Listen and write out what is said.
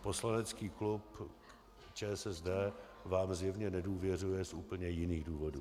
Poslanecký klub ČSSD vám zjevně nedůvěřuje z úplně jiných důvodů.